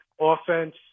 offense